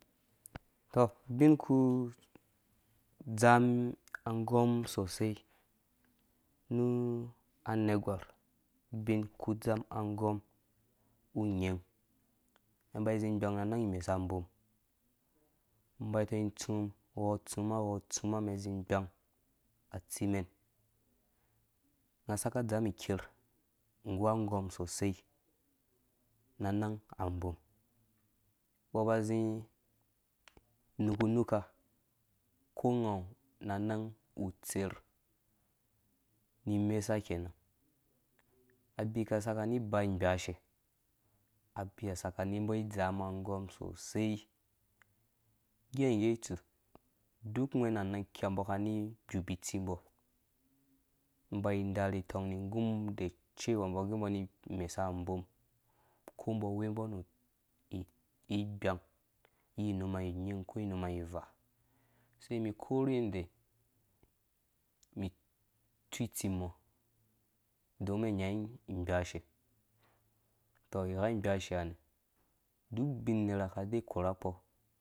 Tɔh ubin ku dya mum asɔm sosei nu anergwar ubin ku dzamum angɔm unyin mɛn ba zi igbang na nang mesa abom mba itong itsum wɔ tsum wɔtsuma mɛn zĩ gbang atsi mɛn ka saka dzami ker nggu angɔm sosei na nang abom mbo ba zi nuku nuka konga awu na nang utser ni mesa kenan abika sakani isa gbashe abiha saka mbɔ dzamum agɔm sosei ngge ha ngge tsu duk wghɛ̃na nanf kiha mbɔ kani gbubi tsi mba darhi itong ni igum da cewa imbɔ ge mbɔ ani mesa abom ko mbɔ we mbɔ nu ighang yi nu numa nyin ko inuma ivaa sai mi korhe yanda mi tsu itsim mɔ don mɛn nya igbashe tɔh igha gbashe ha nɛ duk ubin nerha ka de korha kpo.